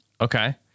Okay